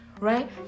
right